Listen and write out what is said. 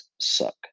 suck